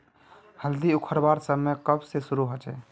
हल्दी उखरवार समय कब से शुरू होचए?